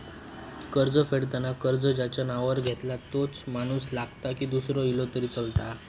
कर्ज फेडताना कर्ज ज्याच्या नावावर घेतला तोच माणूस लागता की दूसरो इलो तरी चलात?